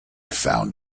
found